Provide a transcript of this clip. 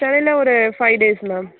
சென்னையில் ஒரு five days ma'am